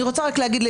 אני רושם.